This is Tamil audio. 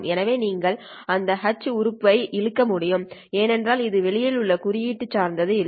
எனவே நீங்கள் அந்த H உறுப்பு ஐ இழுக்க முடியும் ஏனெனில் இது வெளியே உள்ள குறியீட்டு சார்ந்து இல்லை